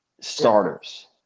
starters